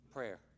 Prayer